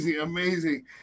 amazing